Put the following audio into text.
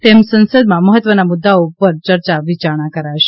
તેમજ સંસદમાં મહત્વના મુદ્દાઓ ઉપર ચર્ચા વિચારણા કરાશે